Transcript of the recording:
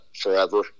forever